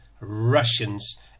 Russians